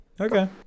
Okay